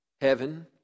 heaven